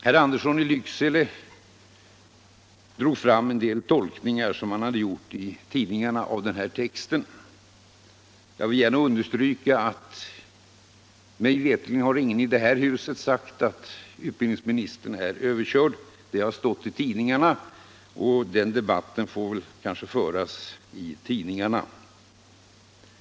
Herr Andersson i Lycksele drog fram en del tolkningar som man hade gjort i tidningarna av utskottsskrivningen. Jag vill gärna understryka att mig veterligen har ingen i det här huset sagt att utbildningsministern är överkörd. Det har stått i tidningarna. och den debatten får kanske också i fortsättningen föras i tidningarna.